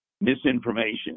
misinformation